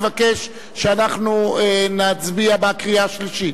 מבקש שאנחנו נצביע בקריאה שלישית?